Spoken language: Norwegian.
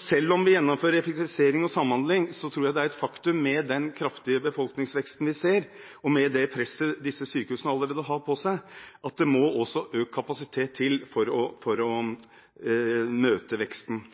Selv om vi gjennomfører effektivisering og samhandling, tror jeg det er et faktum, med den kraftige befolkningsveksten vi ser, og med det presset disse sykehusene allerede har på seg, at det også må økt kapasitet til for å møte veksten. Problemet er, som sagt, at det er vanskelig å